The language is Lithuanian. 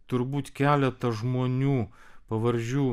turbūt keletą žmonių pavardžių